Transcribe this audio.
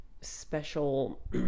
special